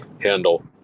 handle